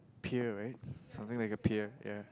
peer right something like a peer ya